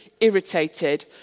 irritated